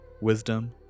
wisdom